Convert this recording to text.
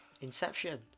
Inception